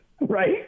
right